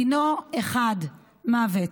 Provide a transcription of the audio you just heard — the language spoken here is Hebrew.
דינו אחד, מוות.